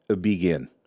begin